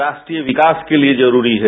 राष्ट्रीय विकास के लिए जरूरी है